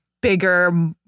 bigger